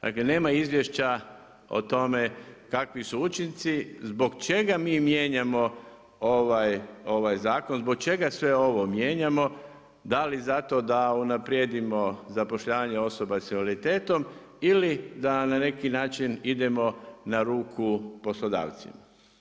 Dakle, nema izvješća o tome kakvi su učinci, zbog čega mi mijenjamo ovaj zakon, zbog čega sve ovo mijenjamo, da li zato da unaprijedimo zapošljavanje osoba sa invaliditetom ili da na neki način idemo na ruku poslodavcima.